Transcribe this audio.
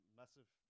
massive